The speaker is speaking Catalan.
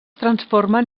transformen